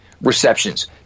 receptions